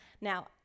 Now